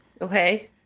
Okay